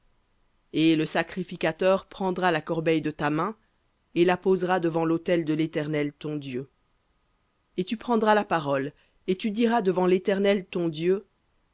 et le sacrificateur prendra la corbeille de ta main et la posera devant l'autel de l'éternel ton dieu et tu prendras la parole et tu diras devant l'éternel ton dieu